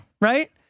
Right